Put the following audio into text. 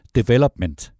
development